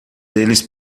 eles